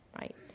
right